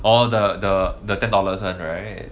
oh the the the ten dollars [one] right